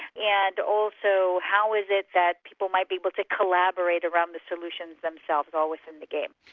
and also how is it that people might be able to collaborate around the solutions themselves always in the game.